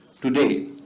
today